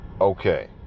Okay